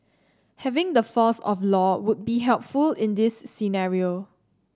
having the force of law would be helpful in this scenario